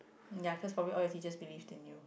ya cause probably all the teacher believe in you